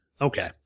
Okay